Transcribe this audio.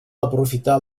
aprofitar